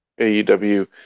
AEW